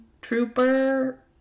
trooper